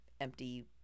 empty